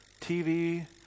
TV